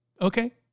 okay